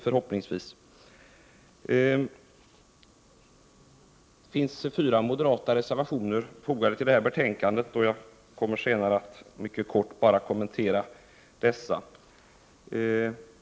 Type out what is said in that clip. Det finns fyra moderata reservationer fogade till detta betänkande, och jag kommer senare att mycket kort kommentera dessa.